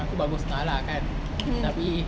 aku bagus nah kan tapi